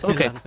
Okay